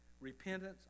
Repentance